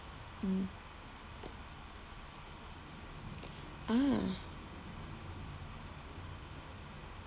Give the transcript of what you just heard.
mm ah